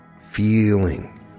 Feeling